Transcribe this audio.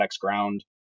ground